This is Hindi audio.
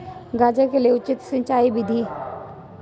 गाजर के लिए उचित सिंचाई विधि?